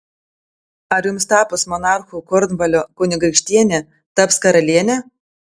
ar jums tapus monarchu kornvalio kunigaikštienė taps karaliene